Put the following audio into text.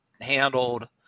handled